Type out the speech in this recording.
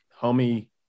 Homie